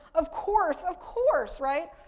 of course, of course, right.